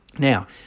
Now